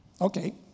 Okay